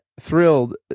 thrilled